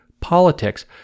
politics